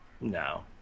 No